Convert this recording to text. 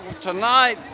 tonight